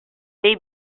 they